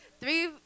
three